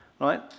right